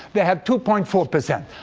they have two point four percent.